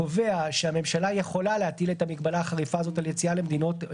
קובע שהממשלה יכולה להטיל את המגבלה החריפה הזו על יציאה